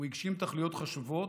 והגשים תכליות חשובות,